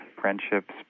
friendships